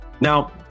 Now